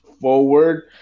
forward